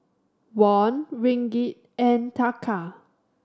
Won Ringgit and Taka